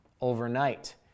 overnight